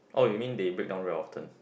oh you mean they break down very often